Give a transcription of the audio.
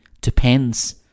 depends